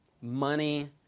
money